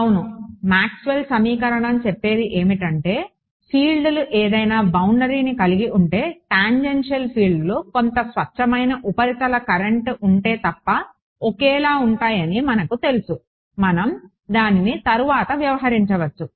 అవును మాక్స్వెల్ సమీకరణం చెప్పేది ఏమిటంటే ఫీల్డ్లు ఏదైనా బౌండరీని కలిగి ఉండే టాంజెన్షియల్ ఫీల్డ్లు కొంత స్వచ్ఛమైన ఉపరితల కరెంట్ ఉంటే తప్ప ఒకేలా ఉంటాయని మనకు తెలుసు మనం దానిని తరువాత వ్యవహరించవచ్చు